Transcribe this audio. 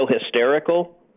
hysterical